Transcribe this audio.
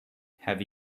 have